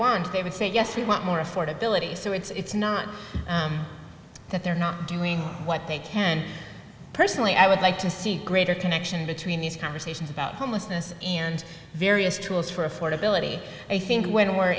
wand they would say yes we want more affordability so it's not that they're not doing what they can personally i would like to see greater connection between these conversations about homelessness and various tools for affordability i think when we